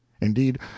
Indeed